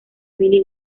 billy